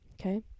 Okay